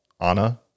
Anna